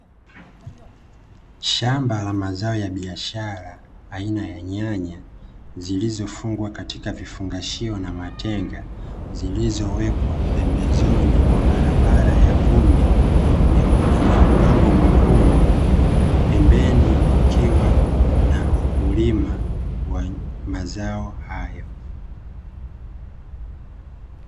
Shamba la mazao ya biashara aina ya nyanya, zilizofungwa katika vifungashio na matenga; zilizowekwa pembezoni mwa barabara ya vumbi yenye udongo mwekundu, pembeni kukiwa na wakulima wa mazao hayo.